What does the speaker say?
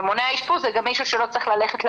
ומונע אשפוז זה גם מישהו שלא צריך ללכת למיון.